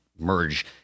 merge